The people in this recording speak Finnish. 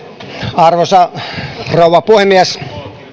arvoisa rouva puhemies